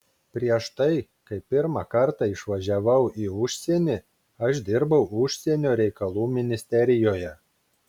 prieš tai kai pirmą kartą išvažiavau į užsienį aš dirbau užsienio reikalų ministerijoje